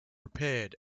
repaired